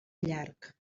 llarg